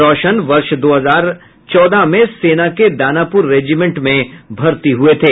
रौशन वर्ष दो हजार चौदह में सेना के दानापुर रेजिमेंट में भर्ती हुये थे